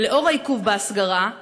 לנוכח העיכוב בהסגרה,